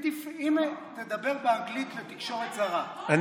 אם תדבר באנגלית לתקשורת זרה,